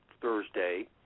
Thursday